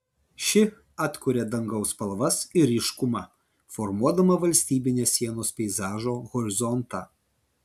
ši atkuria dangaus spalvas ir ryškumą formuodama valstybinės sienos peizažo horizontą